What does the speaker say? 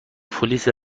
پلیس